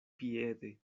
piede